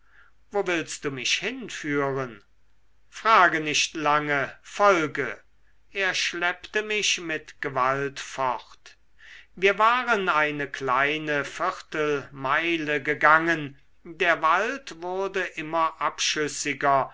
wo willst du mich hinführen frage nicht lange folge er schleppte mich mit gewalt fort wir waren eine kleine viertelmeile gegangen der wald wurde immer abschüssiger